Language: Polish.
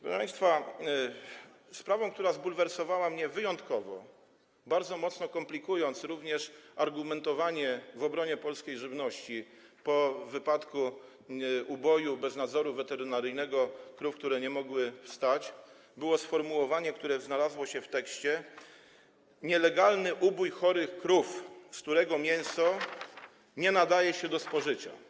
Proszę państwa, sprawą, która zbulwersowała mnie wyjątkowo, bardzo mocno komplikując również argumentowanie w obronie polskiej żywności po wypadku uboju bez nadzoru weterynaryjnego krów, które nie mogły wstać, było sformułowanie, które znalazło się w tekście: nielegalny ubój chorych krów, z którego mięso nie nadaje się do spożycia.